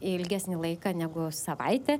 ilgesnį laiką negu savaitę